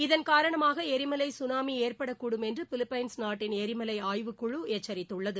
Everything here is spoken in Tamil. இதள் காரணமாக எரிமலை சுனாமி ஏற்படக்கூடும் என்று பிலிப்பைன்ஸ் நாட்டின் எரிமலை ஆய்வுக்குழு எச்சரித்துள்ளது